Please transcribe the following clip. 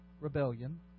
rebellion